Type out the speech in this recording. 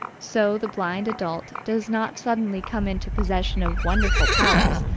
so the blind adult does not suddenly come into possession of wonderful powers,